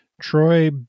Troy